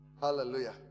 Hallelujah